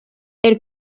elle